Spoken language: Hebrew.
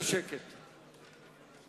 ממשלת נתניהו-יוגב,